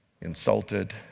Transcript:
insulted